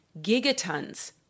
gigatons